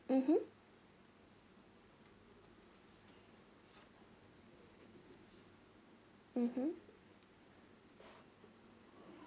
mmhmm mmhmm